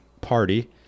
party